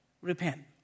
repent